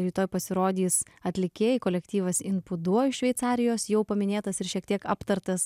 rytoj pasirodys atlikėjai kolektyvas imput duo iš šveicarijos jau paminėtas ir šiek tiek aptartas